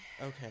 Okay